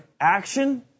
action